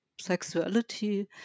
sexuality